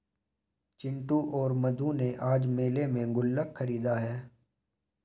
चिंटू और मधु ने आज मेले में गुल्लक खरीदा है